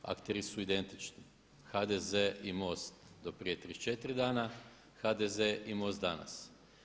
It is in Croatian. Akteri su identični, HDZ i MOST do prije 34 dana, HDZ i MOST danas.